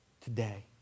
today